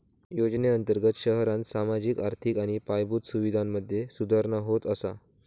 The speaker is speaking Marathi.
योजनेअंर्तगत शहरांत सामाजिक, आर्थिक आणि पायाभूत सुवीधांमधे सुधारणा होत असा